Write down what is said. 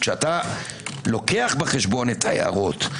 כשאתה לוקח בחשבון את ההערות,